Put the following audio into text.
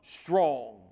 strong